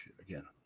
again